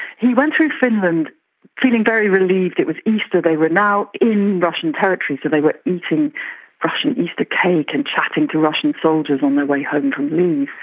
he went through finland feeling very relieved, it was easter, they were now in russian territory so they were eating russian easter cake and chatting to russian soldiers on their way home from leave.